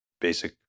basic